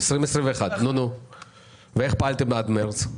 2021. ואיך פעלתם מאז מרץ?